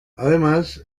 además